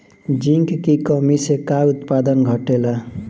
Zinc की कमी से का उत्पादन घटेला?